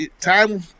time